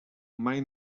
mai